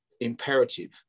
imperative